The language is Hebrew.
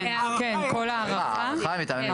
כן, ההארכה כן.